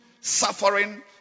suffering